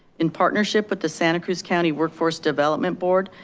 in partnership with the santa cruz county workforce development board,